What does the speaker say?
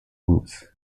troops